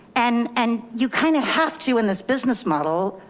and and you kind of have to in this business model,